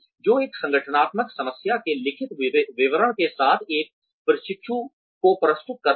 जो एक संगठनात्मक समस्या के लिखित विवरण के साथ एक प्रशिक्षु को प्रस्तुत करता है